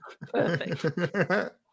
Perfect